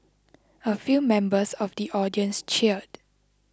a few members of the audience cheered